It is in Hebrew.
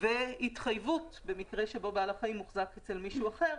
צריכה להיות התחייבות במקרה שבעל החיים הוחזק אצל מישהו אחר